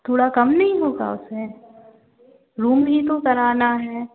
थोड़ा कम नहीं होगा उसमें रूम ही तो कराना है